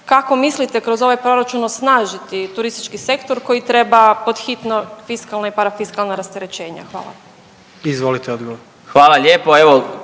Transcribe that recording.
kako mislite kroz ovaj proračun osnažiti turistički sektor koji treba pod hitno fiskalne i parafiskalna rasterećenja. Hvala. **Jandroković,